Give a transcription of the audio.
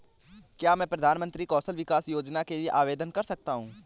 क्या मैं प्रधानमंत्री कौशल विकास योजना के लिए आवेदन कर सकता हूँ?